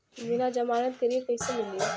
बिना जमानत के ऋण कईसे मिली?